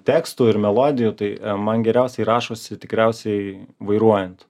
tekstų ir melodijų tai man geriausiai rašosi tikriausiai vairuojant